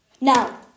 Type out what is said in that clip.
now